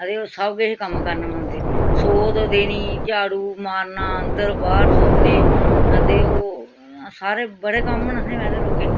आ ते ओह् सब किश कम्म करना पौंदे सौत देनी झाड़ू मारना अंदर बाह्र सौतने आं ते ओह् सारे बड़े कम्म न असें वैसे लोकें